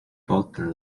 bolton